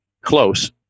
close